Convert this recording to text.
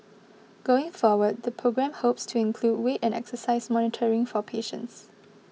going forward the programme hopes to include weight and exercise monitoring for patients